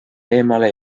eemale